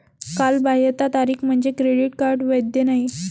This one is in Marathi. कालबाह्यता तारीख म्हणजे क्रेडिट कार्ड वैध नाही